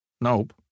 Nope